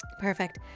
Perfect